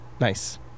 Nice